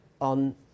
on